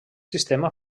sistema